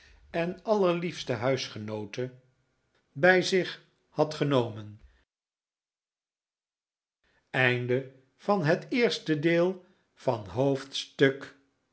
en allerliefste huisgenoote bij zich had genomen